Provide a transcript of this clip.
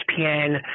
espn